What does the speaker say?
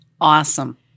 Awesome